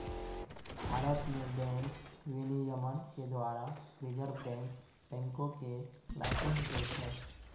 भारत मे बैंक विनियमन के द्वारा रिजर्व बैंक बैंको के लाइसेंस दै छै